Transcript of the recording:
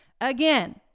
again